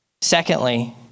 Secondly